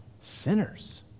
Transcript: sinners